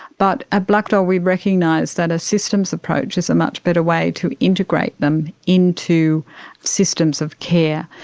but at black dog we recognise that a systems approach is a much better way to integrate them into systems of care.